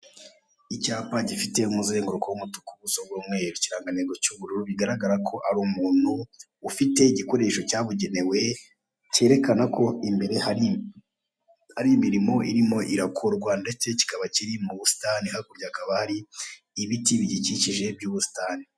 Icyapa cy'amabara y'umweru n'umutuku. Iki cyapa kiriho ifoto y'umugabo ufite igikoresho kimeze nk'igitiyo. Iki cyapa kirerekana ko imbere muri uwo muhanda, hari imirimo yo kuwukora iri kuhakorwa.